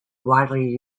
widely